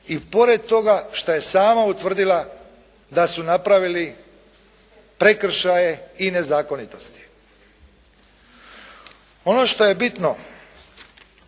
i pored toga što je sama utvrdila da su napravili prekršaje i nezakonitosti. Ono što je bitno